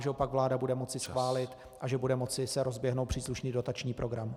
Doufám, že ho pak vláda bude moci schválit a že bude moci se rozběhnout příslušný dotační program.